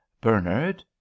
Bernard